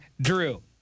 Drew